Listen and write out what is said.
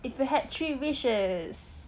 if you had three wishes